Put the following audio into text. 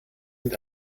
mit